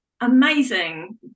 amazing